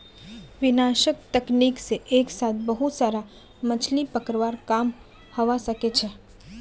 विनाशक तकनीक से एक साथ बहुत सारा मछलि पकड़वार काम हवा सके छे